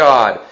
God